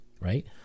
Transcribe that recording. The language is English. right